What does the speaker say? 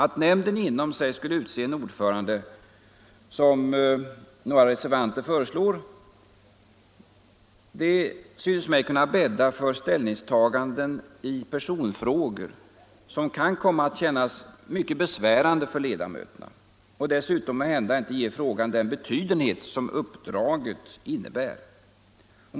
Att nämnden inom sig skall utse en ordförande, som några reservanter föreslår, synes mig kunna bädda för ställningstaganden i personfrågor som kan komma att kännas mycket besvärande för ledamöterna och dessutom måhända inte ger frågan den betydenhet som uppdraget innebär.